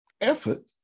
effort